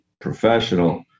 professional